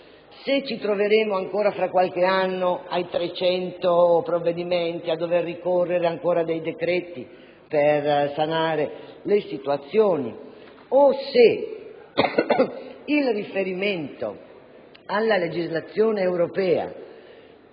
se ci troveremo ancora, tra qualche anno, ai 300 provvedimenti, a dover ricorrere ancora a decreti per sanare le situazioni, o se invece il riferimento alla legislazione europea,